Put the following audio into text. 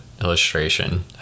illustration